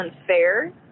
unfair